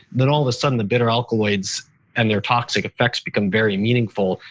then all of a sudden the bitter alkaloids and their toxic effects become very meaningful.